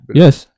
Yes